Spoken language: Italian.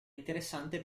interessante